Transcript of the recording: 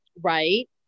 Right